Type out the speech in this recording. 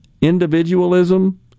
individualism